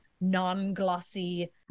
non-glossy